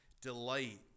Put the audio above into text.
delight